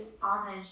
homage